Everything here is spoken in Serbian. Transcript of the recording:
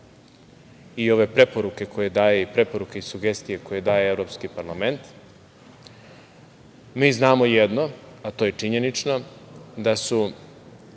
i ove preporuke koje daje, i preporuke i sugestije koje daje, Evropski parlament. Mi znamo jedno, a to je činjenično, da su